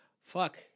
Fuck